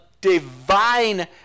divine